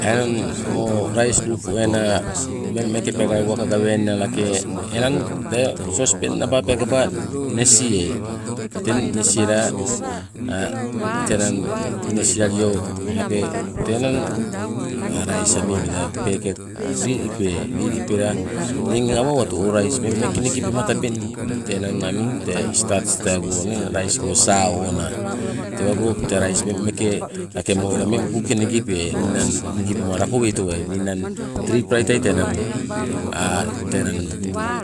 Enang o rais lupuena ummeng meeke uwaka gaweaingna lake enang tee sospeng naba peekaba nesieai, teng nesiela tee enang nesialo lake tee enang rais ami loida peket lilipeai, lilipela nii eng awa owatu o rais nigi pema tabeng, tee enang ami tee stats tegonna saa onaa, tewago tee rais ummeng meeke lake mo ela ummeng meeke buu ke nigipeai. Nigipema lakoei towai ninang triplai tai tee enang tee buu-